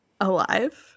alive